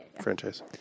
franchise